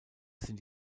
sind